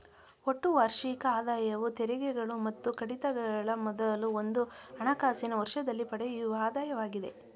ಒಟ್ಟು ವಾರ್ಷಿಕ ಆದಾಯವು ತೆರಿಗೆಗಳು ಮತ್ತು ಕಡಿತಗಳ ಮೊದಲು ಒಂದು ಹಣಕಾಸಿನ ವರ್ಷದಲ್ಲಿ ಪಡೆಯುವ ಆದಾಯವಾಗಿದೆ